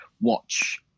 watch